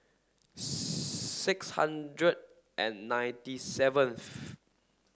six hundred and ninety seventh